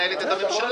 שמנהלת את הממשלה.